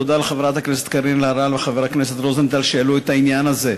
תודה לחברת הכנסת קארין אלהרר ולחבר הכנסת רוזנטל שהעלו את העניין הזה.